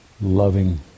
loving